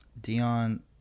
Dion